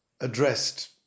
addressed